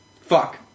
Fuck